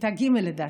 בכיתה ג', לדעתי,